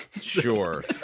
Sure